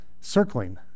circling